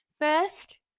first